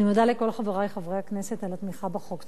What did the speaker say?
אני מודה לכל חברי חברי הכנסת על התמיכה בחוק.